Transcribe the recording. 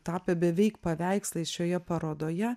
tapę beveik paveikslais šioje parodoje